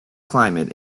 climate